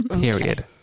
Period